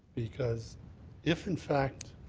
because if, in fact,